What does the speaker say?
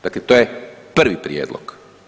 Dakle to je prvi prijedlog.